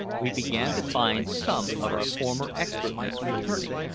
we began to find some of our former expertness returning,